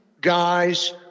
guys